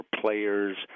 players